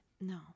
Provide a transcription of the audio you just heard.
No